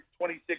26